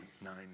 nine